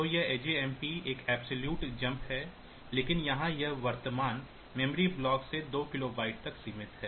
तो यह आजमप एक अब्सोल्युट जंप है लेकिन यहां यह वर्तमान मेमोरी ब्लॉक से 2 किलोबाइट तक सीमित है